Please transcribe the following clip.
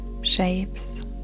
shapes